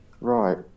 Right